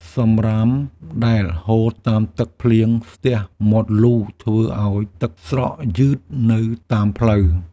សម្រាមដែលហូរតាមទឹកភ្លៀងស្ទះមាត់លូធ្វើឱ្យទឹកស្រកយឺតនៅតាមផ្លូវ។